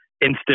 instant